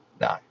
No